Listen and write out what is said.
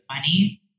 money